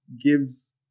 gives